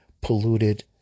polluted